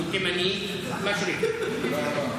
הוא תימני, מישרקי.